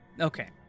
Okay